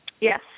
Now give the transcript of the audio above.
Yes